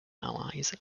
allies